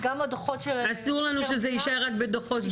גם הדוחות של -- אסור לנו שזה יישאר רק בדוחות,